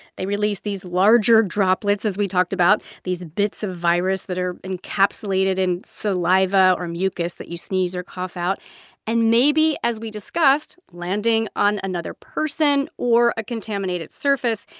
they release these larger droplets, as we talked about these bits of virus that are encapsulated in saliva or mucus that you sneeze or cough out and maybe, as we discussed, landing on another person or a contaminated surface.